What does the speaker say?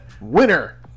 Winner